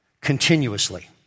continuously